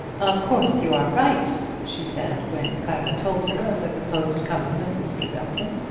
of course, you are right, she said, when clara told her of the proposed coming of mr. belton.